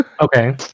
okay